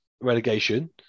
relegation